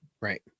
right